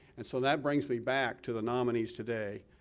and so that brings me back to the nominees today